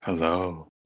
Hello